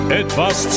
etwas